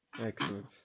Excellent